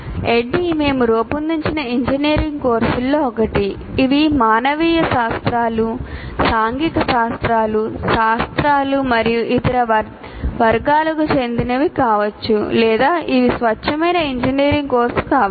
ADDIE మేము రూపొందించిన engineering కోర్సులలో ఒకటి ఇది మానవీయ శాస్త్రాలు సాంఘిక శాస్త్రాలు శాస్త్రాలు మరియు ఇతర వర్గాలకు చెందినది కావచ్చు లేదా ఇది స్వచ్ఛమైన ఇంజనీరింగ్ కోర్సు కావచ్చు